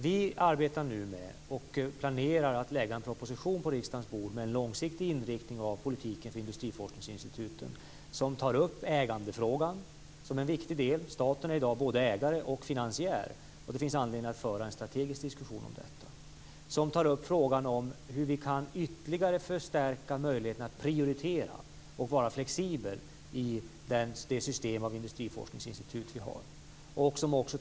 Vi arbetar nu med och planerar att lägga fram en proposition på riksdagens bord med en långsiktig inriktning av politiken för industriforskningsinstituten som tar upp ägandefrågan som en viktig del. Staten är i dag både ägare och finansiär. Det finns anledning att föra en strategisk diskussion om det. Även frågan om hur vi ytterligare kan förstärka möjligheten att prioritera och vara flexibel i det system av industriforskningsinstitut som finns tas upp.